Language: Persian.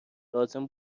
لازم